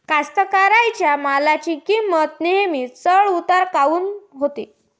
कास्तकाराइच्या मालाची किंमत नेहमी चढ उतार काऊन होते?